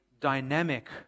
dynamic